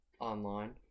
Online